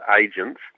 agents